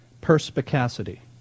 perspicacity